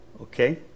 okay